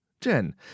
Jen